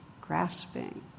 grasping